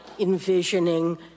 envisioning